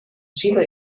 sido